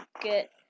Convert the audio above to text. get